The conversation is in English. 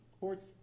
courts